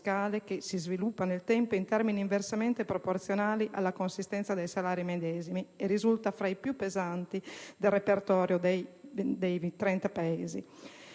che si sviluppa nel tempo in termini inversamente proporzionali alla consistenza dei salari medesimi e che risulta tra i più pesanti nel repertorio dei 30 Paesi.